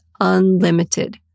unlimited